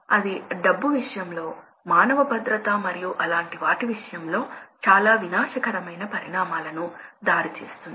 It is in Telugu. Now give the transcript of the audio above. ఇది ఫ్యాన్ లక్షణాలు దీనిని మనము తరువాత చూద్దాం వాస్తవానికి ఇది కొంచెం క్లిష్టంగా ఉంటుంది మనం దీనిని చూద్దాం ప్రాథమికంగా ఇది వాస్తవానికి ఫ్యామిలీ కర్వ్స్ ఇస్తుంది